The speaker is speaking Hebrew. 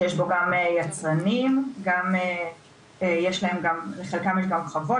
שיש בו גם יצרנים שיש להם לחלקם יש גם חוות